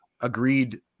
agreed